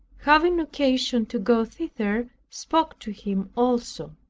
having occasion to go thither, spoke to him also.